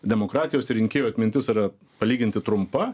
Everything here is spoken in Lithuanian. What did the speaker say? demokratijos ir rinkėjų atmintis yra palyginti trumpa